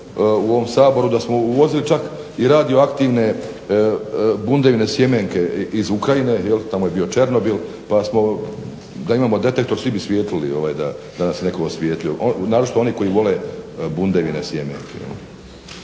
u ovom Saboru da smo uvozili čak i radioaktivne bundevine sjemenke iz Ukrajine, tamo je bio Černobil pa da imamo detektor svi bi svijetlili da nas je netko osvijetlio naročito oni koji vole bundevine sjemenke.